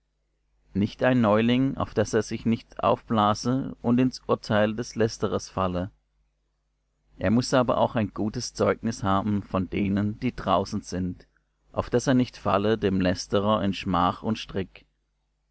nicht ein neuling auf daß er sich nicht aufblase und ins urteil des lästerers falle er muß aber auch ein gutes zeugnis haben von denen die draußen sind auf daß er nicht falle dem lästerer in schmach und strick